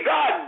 God